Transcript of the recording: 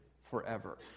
forever